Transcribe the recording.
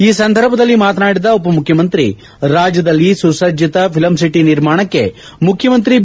ಈ ಸಂದರ್ಭದಲ್ಲಿ ಮಾತನಾಡಿದ ಉಪಮುಖ್ಯಮಂತ್ರಿ ರಾಜ್ಯದಲ್ಲಿ ಸುಸಜ್ಜಿತ ಫಿಲಂ ಸಿಟಿ ನಿರ್ಮಾಣಕ್ಕೆ ಮುಖ್ಯಮಂತ್ರಿ ಬಿ